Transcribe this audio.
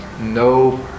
no